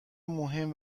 مهم